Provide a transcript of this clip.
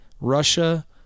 Russia